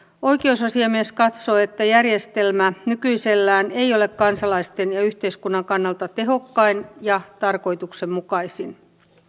oikeusasiamies katsoo että järjestelmä nykyisellään ei ole kansalaisten ja yhteiskunnan kannalta tehokkain ja tarkoituksenmukaisin